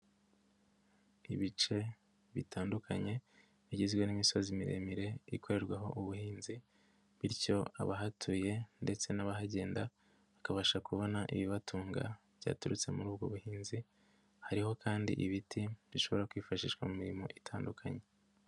Ibice bitandukanye bigizwe n'imisozi miremire ikorerwaho ubuhinzi bityo abahatuye ndetse n'abahagenda akabasha kubona ibibatunga byaturutse muri ubwo buhinzi, hariho kandi ibiti bishobora kwifashishwa mu mirimo itandukanye.